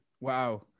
wow